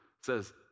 says